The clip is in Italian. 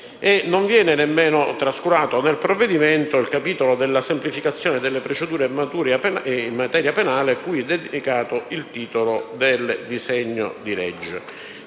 Non viene nemmeno trascurato nel provvedimento il capitolo della semplificazione delle procedure in materia penale a cui è dedicato il titolo del disegno di legge.